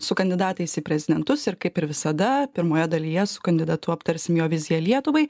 su kandidatais į prezidentus ir kaip ir visada pirmoje dalyje su kandidatu aptarsim jo viziją lietuvai